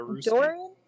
Dorian